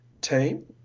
team